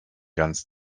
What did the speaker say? ganz